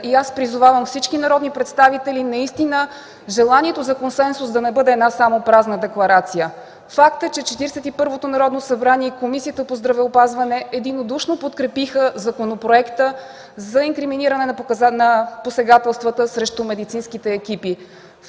И аз призовавам всички народни представители желанието за консенсус да не бъде само една празна декларация. Факт е, че Четиридесет и първото Народно събрание и Комисията по здравеопазване единодушно подкрепиха законопроекта за инкриминиране на посегателствата срещу медицински екипи.